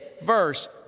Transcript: verse